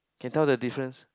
can tell the difference